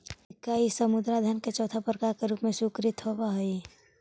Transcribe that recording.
सिक्का इ सब मुद्रा धन के चौथा प्रकार के रूप में स्वीकृत होवऽ हई